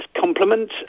compliment